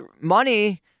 money